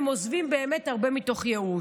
הם עוזבים באמת הרבה מתוך ייאוש.